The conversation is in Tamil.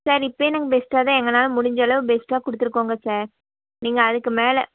சார் இப்போயே நாங்கள் பெஸ்ட்டாக தான் எங்கள்னால முடிஞ்ச அளவு பெஸ்ட்டாக கொடுத்துருக்கோங்க சார் நீங்கள் அதுக்கு மேலே